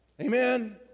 Amen